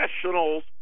professionals